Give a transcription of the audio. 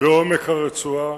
בעומק הרצועה,